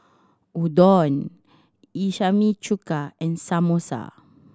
Udon chuka and Samosa